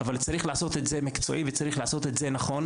אבל צריך לעשות את זה בצורה מקצועית וצריך לעשות את זה נכון.